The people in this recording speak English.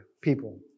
people